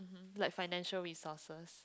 like financial resources